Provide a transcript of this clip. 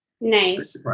Nice